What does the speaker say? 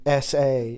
SA